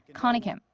connie kim,